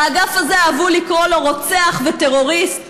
באגף הזה אהבו לקרוא לו "רוצח" ו"טרוריסט",